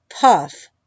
PUFF